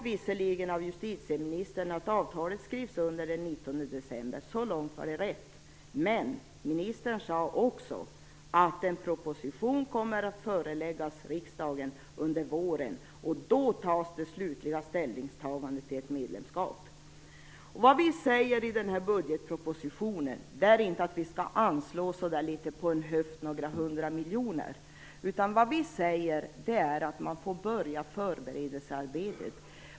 Visserligen sade justitieministern att avtalet skrivs under den 19 december - så långt var det rätt - men hon sade också att en proposition kommer att föreläggas riksdagen under våren, och då görs det slutliga ställningstagandet till ett medlemskap. I budgetpropositionen sägs det inte att det på en höft skall anslås några hundra miljoner, utan vi säger att man skall påbörja förberedelsearbetet.